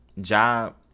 Job